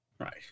Right